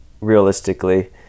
realistically